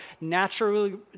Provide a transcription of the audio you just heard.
naturally